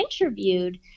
interviewed